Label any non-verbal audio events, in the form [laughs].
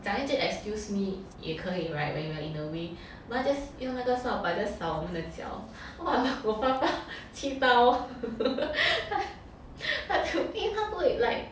讲一句 excuse me 也可以 [right] when you are in the way but 他 just 用那个扫把 just 扫我们的脚 !walao! 我爸爸气到 [laughs] 他他就因为他不会 like